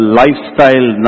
lifestyle